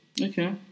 Okay